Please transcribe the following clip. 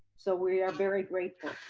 so we are very grateful.